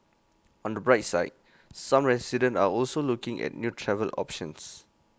on the bright side some residents are also looking at new travel options